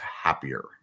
happier